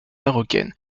marocaine